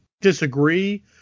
disagree